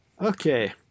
Okay